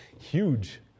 huge